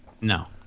No